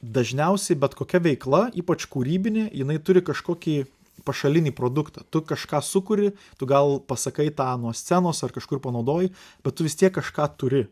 dažniausiai bet kokia veikla ypač kūrybinė jinai turi kažkokį pašalinį produktą tu kažką sukuri tu gal pasakai tą nuo scenos ar kažkur panaudoji bet tu vis tiek kažką turi